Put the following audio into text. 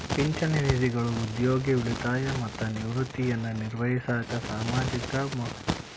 ಪಿಂಚಣಿ ನಿಧಿಗಳು ಉದ್ಯೋಗಿ ಉಳಿತಾಯ ಮತ್ತ ನಿವೃತ್ತಿಯನ್ನ ನಿರ್ವಹಿಸಾಕ ಸಾಮೂಹಿಕ ಹೂಡಿಕೆ ಅಂಡರ್ ಟೇಕಿಂಗ್ ಗಳು